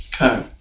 Okay